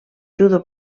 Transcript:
judo